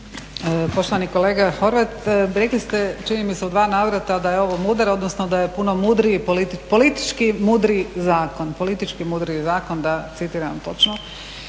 Poštovani kolega Horvat, rekli ste čini mi se u dva navrata da je ovo mudar, odnosno da je puno mudriji, politički mudriji zakon, da citiram točno.